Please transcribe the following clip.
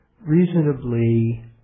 reasonably